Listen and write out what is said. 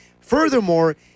Furthermore